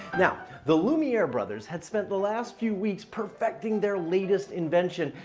now, the lumiere brothers had spent the last few weeks perfecting their latest invention.